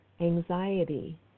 anxiety